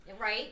Right